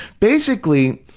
basically,